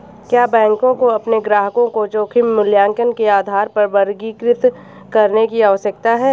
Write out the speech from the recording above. क्या बैंकों को अपने ग्राहकों को जोखिम मूल्यांकन के आधार पर वर्गीकृत करने की आवश्यकता है?